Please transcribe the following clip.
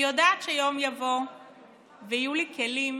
אני יודעת שיום יבוא ויהיו לי כלים